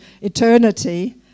eternity